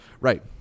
right